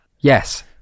Yes